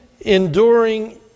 enduring